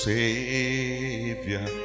Savior